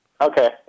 okay